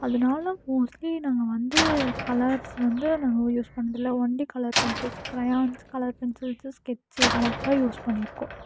அதனால மோஸ்ட்லி நாங்கள் வந்து கலர்ஸ் வந்து நாங்கள் யூஸ் பண்ணது இல்லை only colour pencils crayons colour pencils sketch இது மட்டும் தான் யூஸ் பண்ணி இருக்கோம்